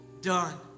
done